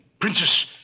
princess